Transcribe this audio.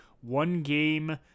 one-game